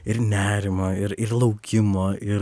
ir nerimo ir ir laukimo ir